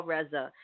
Reza